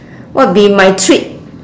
what be my treat